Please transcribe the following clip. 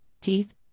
teeth